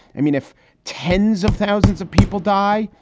i mean, if tens of thousands of people die,